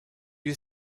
you